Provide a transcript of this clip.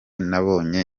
nabonye